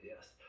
Yes